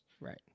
right